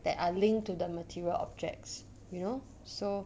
that are linked to the material objects you know so